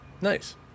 Nice